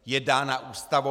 Je dána Ústavou.